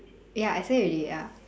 ya I say already ya